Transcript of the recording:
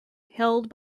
held